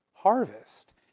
Harvest